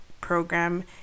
program